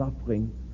suffering